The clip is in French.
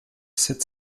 sept